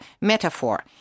metaphor